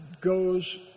goes